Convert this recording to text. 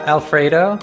Alfredo